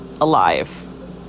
alive